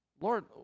Lord